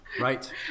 Right